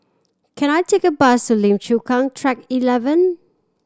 can I take a bus to Lim Chu Kang Track Eleven